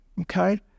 okay